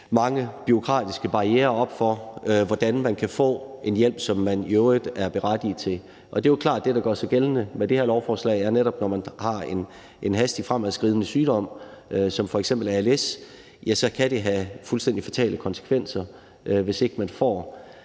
mange bureaukratiske barrierer op for, hvordan man kan få en hjælp, som man i øvrigt er berettiget til. Og det er jo klart det, der gør sig gældende med det her lovforslag, nemlig at det netop, når man har en hastigt fremadskridende sygdom som f.eks. als, kan have fatale konsekvenser, hvis man ikke